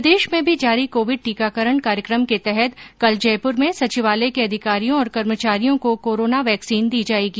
प्रदेश में भी जारी कोविड टीकाकरण कार्यकम के तहत कल जयपूर में सचिवालय के अधिकारियों और कर्मचारियों को कोरोना वैक्सीन दी जायेगी